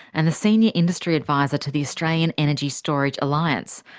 and the senior industry advisor to the australian energy storage alliance.